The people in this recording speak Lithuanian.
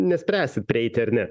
nespręsit prieiti ar ne